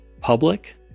public